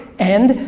and,